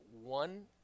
one